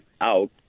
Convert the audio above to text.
out